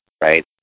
right